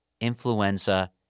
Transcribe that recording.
influenza